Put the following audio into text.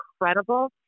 incredible